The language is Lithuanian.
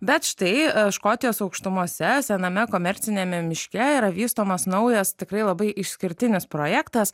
bet štai škotijos aukštumose sename komerciniame miške yra vystomas naujas tikrai labai išskirtinis projektas